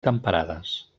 temperades